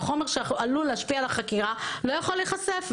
החומר שעלול להשפיע על החקירה לא יכול להיחשף.